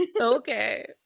Okay